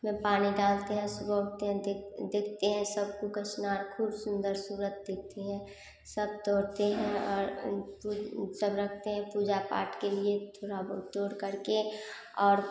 में पानी डालते हैं सुबह उठते हैं देख देखते हैं सबको कचनार खूब सुंदर सूरत दिखती हैं सब तोड़ते हैं और फूल सब रखते हैं पूजा पाठ के लिए थोड़ा बहुत तोड़ कर के और